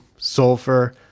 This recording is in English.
sulfur